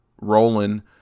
rolling